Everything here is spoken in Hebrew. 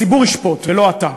הציבור ישפוט ולא אתה.